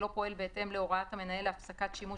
שלא פועל בהתאם להוראת המנהל להפסקת שימוש